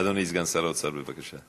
אדוני סגן שר האוצר, בבקשה.